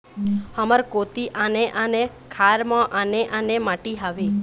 हमर कोती आने आने खार म आने आने माटी हावे?